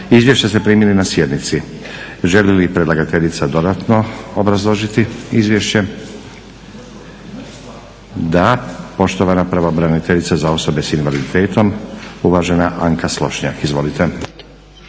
Izvješća ste primili na sjednici. Želi li predlagateljica dodatno obrazložili izvješće? Da. Poštovana pravobraniteljica za osobe s invaliditetom uvažena Anka Slonjšak. Izvolite.